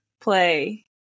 play